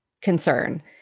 concern